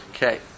Okay